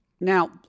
Now